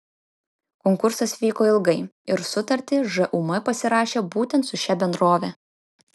konkursas vyko ilgai ir sutartį žūm pasirašė būtent su šia bendrove